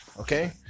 okay